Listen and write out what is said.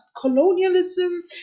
colonialism